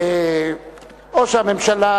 או שהממשלה,